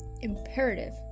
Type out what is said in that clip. imperative